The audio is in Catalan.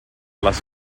les